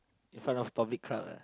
in front of public crowd ah